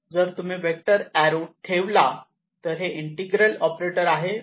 जर तुम्ही vector arrow ठेवला तर हे ग्रेडियंट ऑपरेटर आहे